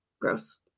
gross